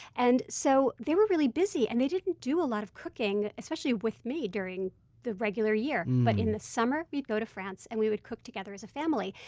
and so they were really busy and they didn't do a lot of cooking, especially with me during the regular year. but in the summer we'd go to france and we'd cook together as a family.